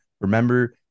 Remember